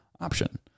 option